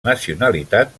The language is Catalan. nacionalitat